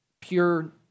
pure